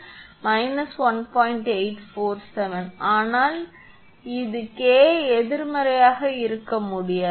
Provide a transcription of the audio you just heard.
847 ஆனால் இது K எதிர்மறையாக இருக்க முடியாது